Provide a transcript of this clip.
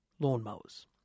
lawnmowers